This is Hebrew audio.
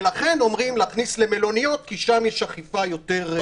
ולכן אומרים להכניס למלוניות כי שם יש אכיפה יותר דרמטית.